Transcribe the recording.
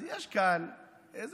אז יש כאן דיסוננס.